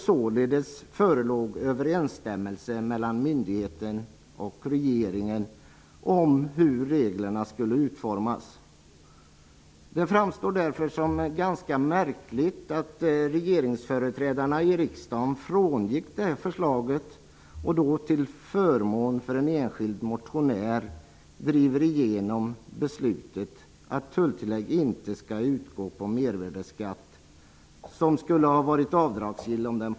Således förelåg överensstämmelse mellan myndigheten och regeringen om hur reglerna skulle utformas. Det framstår därför som ganska märkligt att regeringsföreträdarna i riksdagen frångick detta förslag och till förmån för en enskild motionär drev igenom beslutet att tulltillägg inte skall utgå på den mervärdesskatt som om den påförts skulle ha varit avdragsgill.